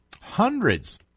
hundreds